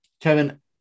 Kevin